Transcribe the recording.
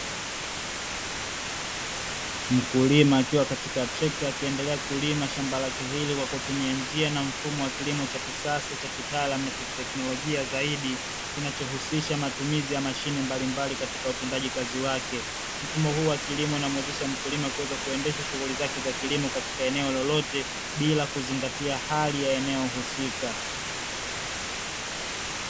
Mkulima akiwa katika trekta, akiendelea kulima shamba lake hili kwa kutumia njia na mfumo wa kilimo cha kisasa cha kitaalamu na cha teknolojia zaidi; kinachohusisha matumizi ya mashine mbalimbali katika utendaji kazi wake. Mfumo huu wa kilimo unamuwezesha mkulima kuweza kuendesha shughuli zake za kilimo katika eneo lolote, bila kuzingatia hali ya eneo husika.